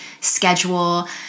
schedule